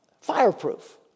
Fireproof